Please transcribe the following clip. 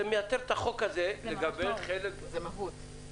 זה מייתר את החוק הזה לגבי חלק לא מבוטל.